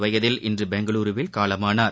வயதில் இன்றுபெங்களூருவில் காலமானார்